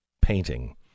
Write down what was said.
painting